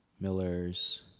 Miller's